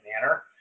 manner